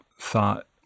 thought